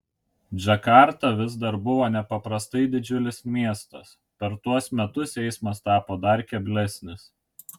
džakarta vis dar buvo nepaprastai didžiulis miestas per tuos metus eismas tapo dar keblesnis